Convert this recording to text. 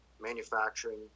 manufacturing